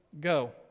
Go